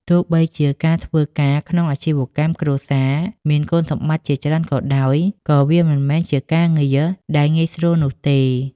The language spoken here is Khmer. ទោះបីជាការធ្វើការក្នុងអាជីវកម្មគ្រួសារមានគុណសម្បត្តិជាច្រើនក៏ដោយ ក៏វាមិនមែនជាការងារដែលងាយស្រួលនោះទេ។